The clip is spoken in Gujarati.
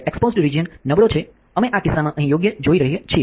જ્યારે એક્પોઝ્ડ રિજિયન નબળો છે અમે આ કિસ્સામાં અહીં યોગ્ય જોઈ શકીએ છીએ